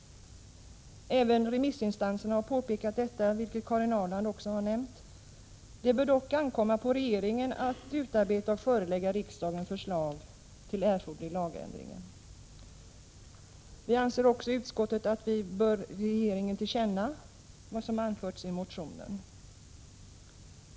Även remissinstanserna har påpekat detta, vilket Karin Ahrland har nämnt. Det bör dock ankomma på regeringen att utarbeta och förelägga riksdagen förslag till erforderlig lagändring. Utskottet anser att riksdagen bör ge regeringen till känna vad som anförts i motionen.